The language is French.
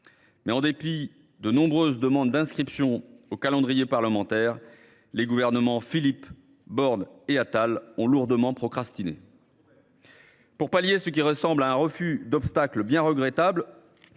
en dépit de nombreuses demandes d’inscription au calendrier parlementaire, les gouvernements Philippe, Borne et Attal ont lourdement procrastiné. C’est trop bête ! Pour pallier ce qui ressemble à un refus d’obstacle bien regrettable,